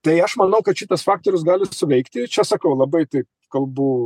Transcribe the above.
tai aš manau kad šitas faktorius gali suveikti čia sakau labai taip kalbų